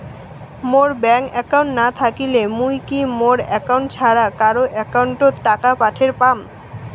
মোর bank account না থাকিলে মুই কি মোর একাউন্ট ছাড়া কারো একাউন্ট অত টাকা পাঠের পাম?